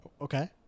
Okay